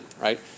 right